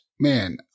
man